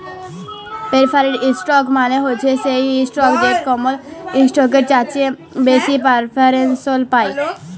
perforated ইসটক মালে হছে সেই ইসটক যেট কমল ইসটকের চাঁঁয়ে বেশি পেরফারেলস পায়